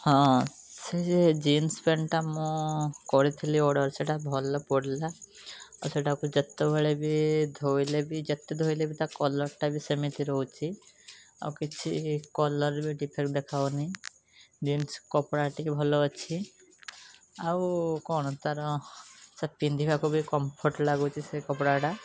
ହଁ ସେ ଯେ ଜିନ୍ସ ପ୍ୟାଣ୍ଟ୍ଟା ମୁଁ କରିଥିଲି ଅଡ଼ର୍ ସେଟା ଭଲ ପଡ଼ିଲା ଆଉ ସେଇଟାକୁ ଯେତେବେଳେ ବି ଧୋଇଲେ ବି ଯେତେ ଧୋଇଲେ ବି ତା କଲର୍ଟା ବି ସେମିତି ରହୁଛି ଆଉ କିଛି କଲର୍ ବି ଡିଫେକ୍ଟ ଦେଖାଯାଉନି ଜିନ୍ସ କପଡ଼ା ଟିକେ ଭଲ ଅଛି ଆଉ କଣ ତା'ର ସେ ପିନ୍ଧିବାକୁ ବି କମ୍ଫଟ୍ ଲାଗୁଛି ସେ କପଡ଼ାଟା